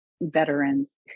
veterans